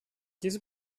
diese